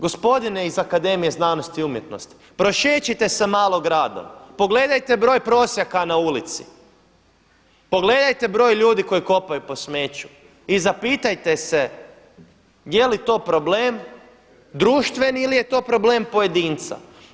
Gospodine iz Akademije znanosti i umjetnosti, prošećite se malo gradom, pogledajte broj prosjaka na ulici, pogledajte broj ljudi koji kopaju po smeću i zapitajte se jeli to problem, društveni ili je to problem pojedinca.